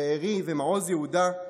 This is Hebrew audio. בארי ומעוז יהודה,